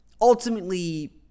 ultimately